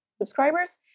subscribers